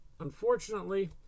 unfortunately